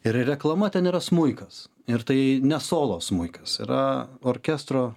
ir reklama ten yra smuikas ir tai ne solo smuikas yra orkestro